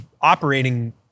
operating